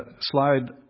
slide